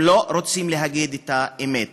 הם לא רוצים להגיד את האמת.